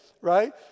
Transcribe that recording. right